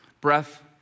breath